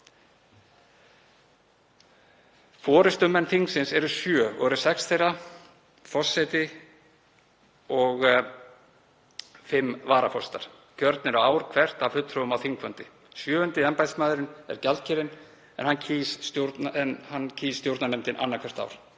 Forystumenn þingsins eru sjö og eru sex þeirra, forseti og fimm varaforsetar, kjörnir ár hvert af fulltrúum á þingfundi. Sjöundi embættismaðurinn er gjaldkerinn en hann kýs stjórnarnefndin annað hvert ár.